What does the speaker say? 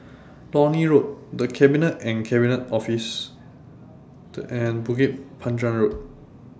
Lornie Road The Cabinet and Cabinet Office and Bukit Panjang Road